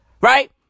right